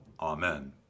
Amen